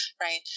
right